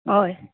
अय